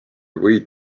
võid